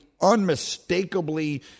unmistakably